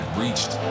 reached